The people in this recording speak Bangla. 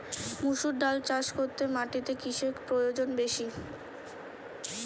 মুসুর ডাল চাষ করতে মাটিতে কিসে প্রয়োজন বেশী?